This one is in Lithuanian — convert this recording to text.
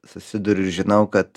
susiduriu žinau kad